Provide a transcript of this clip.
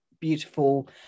beautiful